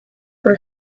for